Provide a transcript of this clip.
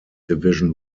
division